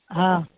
हॅं